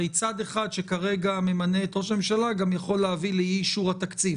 הרי צד אחד שכרגע ממנה את ראש הממשלה גם יכול להביא לאי אישור התקציב,